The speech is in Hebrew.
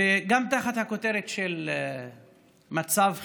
גם תחת הכותרת של מצב חירום,